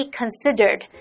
considered